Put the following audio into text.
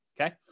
okay